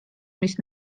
mis